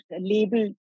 label